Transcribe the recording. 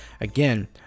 again